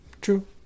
True